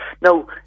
Now